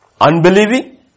unbelieving